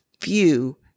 view